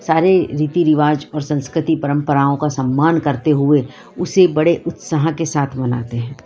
सारे रीति रिवाज और संस्कृति परम्पराओं का सम्मान करते हुए उसे बड़े उत्साह के साथ मनाते हैं